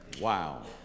Wow